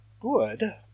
good